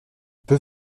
peux